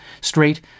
straight